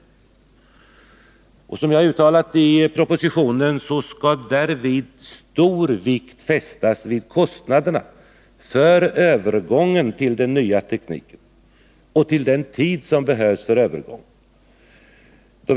Som jag har uttalat i propositionen skall därvid stor vikt fästas vid kostnaderna för övergången till den nya tekniken och till den tid som behövs för övergången.